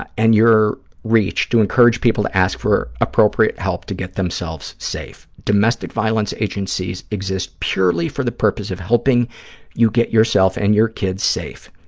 ah and your reach to encourage people to ask for appropriate help to get themselves safe. domestic violence agencies exist purely for the purpose of helping you get yourself and your kids safe.